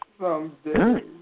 someday